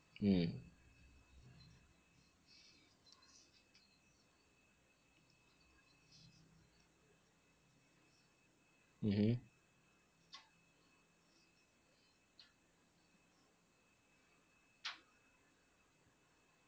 mm mmhmm